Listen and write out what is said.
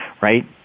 right